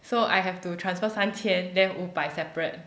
so I have to transfer 三千 then 五百 separate